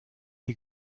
die